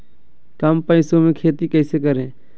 कम पैसों में खेती कैसे करें?